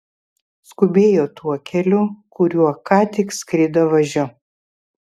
skubėjo tuo keliu kuriuo ką tik skrido važiu